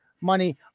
money